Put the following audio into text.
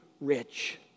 rich